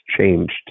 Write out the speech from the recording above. changed